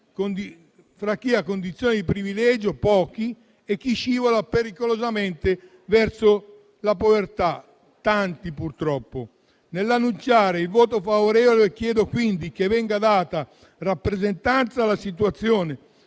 fra chi ha condizioni di privilegio, pochi, e chi scivola pericolosamente verso la povertà: tanti, purtroppo. Nell'annunciare il voto favorevole al provvedimento, chiedo quindi che venga data rappresentanza alla situazione